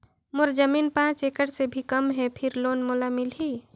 मोर जमीन पांच एकड़ से भी कम है फिर लोन मोला मिलही?